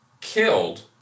killed